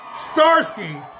Starsky